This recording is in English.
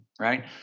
Right